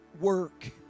work